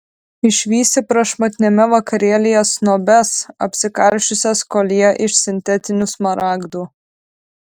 išvysi prašmatniame vakarėlyje snobes apsikarsčiusias koljė iš sintetinių smaragdų